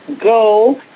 go